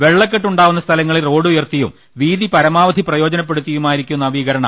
വെള്ളക്കെട്ടുണ്ടാവുന്ന സ്ഥലങ്ങളിൽ റോഡ് ഉയർത്തിയും വീതി പരമാവധി പ്രയോജനപ്പെടുത്തിയുമായിരിക്കും നവീകരണം